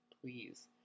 Please